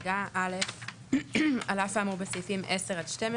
חריגה 13. (א) על אף האמור בסעיפים (12)-(10),